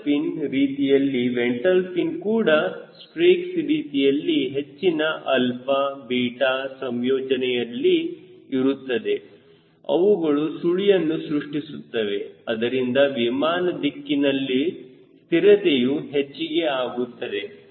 dorsal fin ರೀತಿಯಲ್ಲಿ ventral fin ಕೂಡ strakes ರೀತಿಯಲ್ಲಿ ಹೆಚ್ಚಿನ α β ಸಂಯೋಜನೆಯಲ್ಲಿ ಇರುತ್ತದೆ ಅವುಗಳು ಸುಳಿಯನ್ನು ಸೃಷ್ಟಿಸುತ್ತವೆ ಅದರಿಂದ ವಿಮಾನ ದಿಕ್ಕಿನಲ್ಲಿನ ಸ್ಥಿರತೆಯು ಹೆಚ್ಚಿಗೆ ಆಗುತ್ತದೆ